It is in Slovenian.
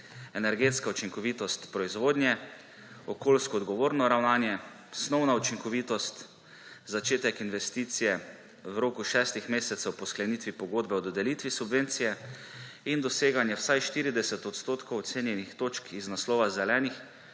energetska učinkovitost proizvodnje, okoljsko odgovorno ravnanje, snovna učinkovitost, začetek investicije v roku šestih mesecev po skleniti pogodbe o dodelitvi subvencije in doseganje vsaj 40 odstotkov ocenjenih točk iz naslova zelenih,